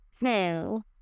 No